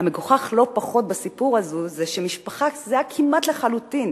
המגוחך לא פחות בסיפור הזה הוא שמשפחה זהה כמעט לחלוטין,